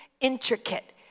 intricate